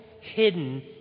hidden